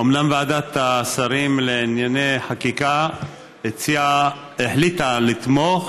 אומנם ועדת השרים לענייני חקיקה החליטה לתמוך,